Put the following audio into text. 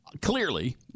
Clearly